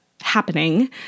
happening